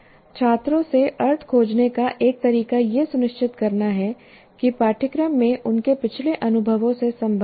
छात्रों से अर्थ खोजने का एक तरीका यह सुनिश्चित करना है कि पाठ्यक्रम में उनके पिछले अनुभवों से संबंध हों